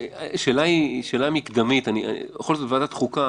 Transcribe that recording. שאלה מקדמית, בכל זאת ועדת חוקה,